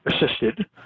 assisted